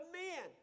men